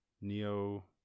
neo